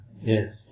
Yes